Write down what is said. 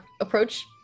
approach